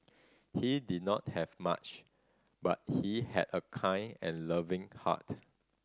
he did not have much but he had a kind and loving heart